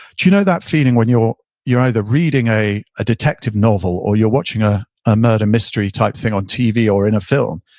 do you know that feeling when you're you're either reading a a detective novel or you're watching ah a murder mystery type thing on tv or in a film,